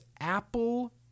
Apple